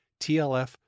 TLF